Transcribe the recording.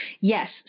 Yes